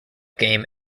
game